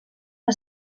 que